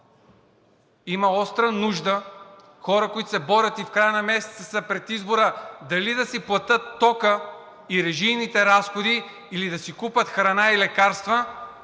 има остра нужда хора, които се борят и в края на месеца са пред избора дали да си платят тока и режийните разходи, или да си купят храна и лекарства,